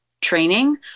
training